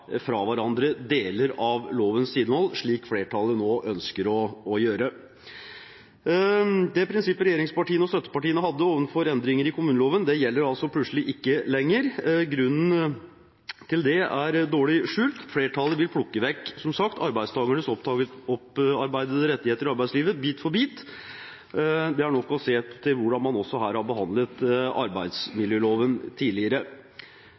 fra hverandre deler av lovens innhold, slik flertallet nå ønsker å gjøre. Det prinsippet regjeringspartiene og støttepartiene hadde overfor endringer i kommuneloven, gjelder altså plutselig ikke lenger. Grunnen til det er dårlig skjult, flertallet vil som sagt plukke vekk arbeidstakernes opparbeidede rettigheter i arbeidslivet bit for bit. Det er nok å se til hvordan man også her har behandlet arbeidsmiljøloven tidligere.